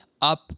up